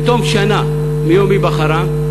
בתום שנה מיום היבחרם,